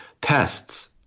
pests